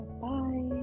Bye